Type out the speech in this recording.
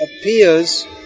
appears